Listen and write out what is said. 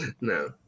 No